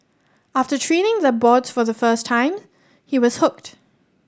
after treading the boards for the first time he was hooked